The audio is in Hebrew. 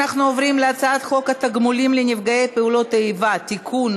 אנחנו עוברים להצעת חוק התגמולים לנפגעי פעולות איבה (תיקון,